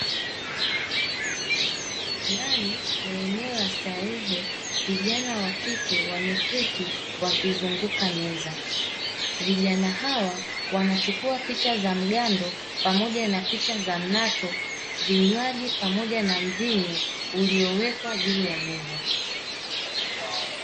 Ndani ya eneo la starehe, vijana wa kike wameketi, wakizunguka meza. Vijana Hawa wanachukua picha za mgando pamoja na picha za mnato vinywaji pamoja na mvinyo uliowekwa juu ya meza.